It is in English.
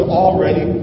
already